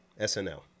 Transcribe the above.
SNL